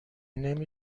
نمی